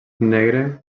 negre